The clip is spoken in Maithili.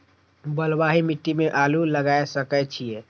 बलवाही मिट्टी में आलू लागय सके छीये?